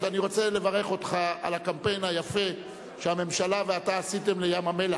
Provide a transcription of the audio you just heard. אני מבקש מהטלוויזיה, אני מבקש מערוץ-99,